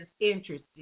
interested